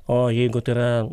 o jeigu tai yra